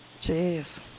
Jeez